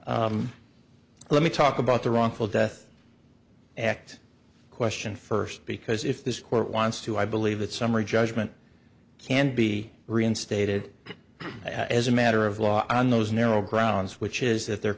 principles let me talk about the wrongful death act question first because if this court wants to i believe that summary judgment can be reinstated as a matter of law on those narrow grounds which is that there